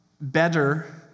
better